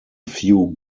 few